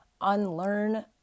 unlearn